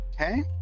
okay